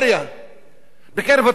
בקרב הציבור הערבי בפרט,